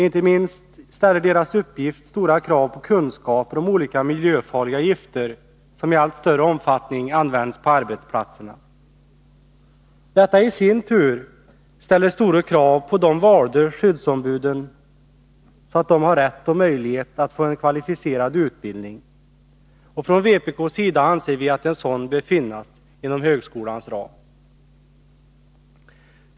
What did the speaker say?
Inte minst ställer deras uppgift stora krav på kunskap om olika miljöfarliga gifter, som i allt större omfattning används på arbetsplatserna. Detta i sin tur innebär att de valda skyddsombuden skall ha rätt och möjlighet att få kvalificerad utbildning, och från vpk:s sida anser vi att en sådan bör finnas inom högskolans ram.